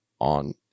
on